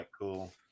cool